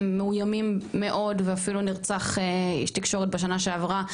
הם מאוימים מאוד ואפילו נרצח איש תקשורת בשנה שעברה.